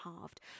halved